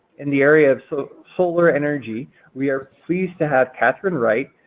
in the area of so solar energy we are please to have katherine wright,